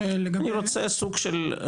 אני רוצה סוג של,